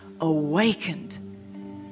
awakened